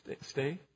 stay